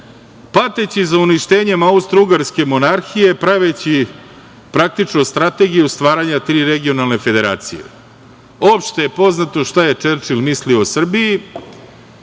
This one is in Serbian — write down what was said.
pateći za uništenje Austrougarske monarhije, praveći praktično strategiju stvaranja tri regionalne federacije. Opšte je poznato šta je Čerčil mislio o Srbiji